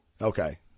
Okay